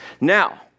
Now